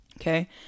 Okay